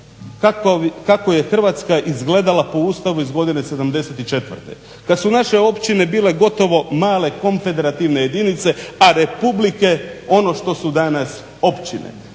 kako je Hrvatska izgledala po Ustavu iz godine '74.kada su naše općine bile gotovo male konfederativne jedinice a republike ono što su danas općine.